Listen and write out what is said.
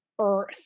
earth